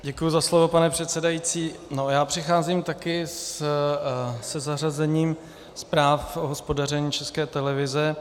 Děkuji za slovo, pane předsedající, já přicházím také se zařazením zpráv o hospodaření České televize.